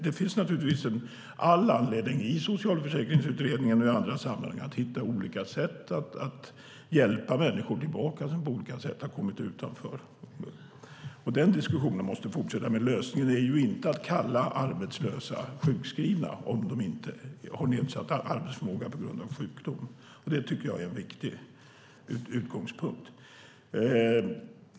Det finns naturligtvis all anledning att i Socialförsäkringsutredningen och i andra sammanhang hitta olika sätt att hjälpa människor som har hamnat utanför arbetsmarknaden att komma tillbaka. Den diskussionen måste fortsätta, men lösningen är inte att kalla arbetslösa sjukskrivna om de inte har nedsatt arbetsförmåga på grund av sjukdom. Det är en viktig utgångspunkt.